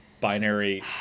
binary